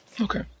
okay